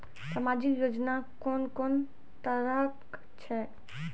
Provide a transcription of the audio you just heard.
समाजिक योजना कून कून तरहक छै?